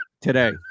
today